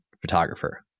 photographer